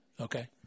Okay